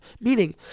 meaning